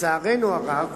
לצערנו הרב,